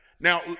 Now